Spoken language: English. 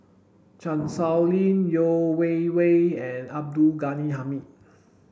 Chan Sow Lin Yeo Wei Wei and Abdul Ghani Hamid